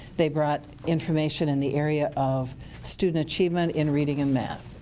they brought information in the area of student achievement in reading and math.